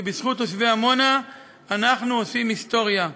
שבזכות תושבי עמונה אנחנו עושים היסטוריה.